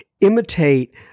imitate